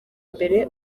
mbere